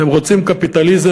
אתם רוצים קפיטליזם?